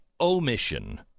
omission